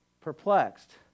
perplexed